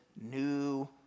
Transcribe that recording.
new